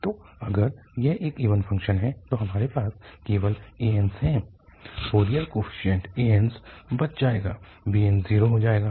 तो अगर यह एक इवन फ़ंक्शन है तो हमारे पास केवल ans है फोरियर कोफीशिएंट ans बच जाएगा bns 0 हो जाएगा